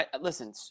listen